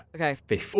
Okay